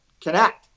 connect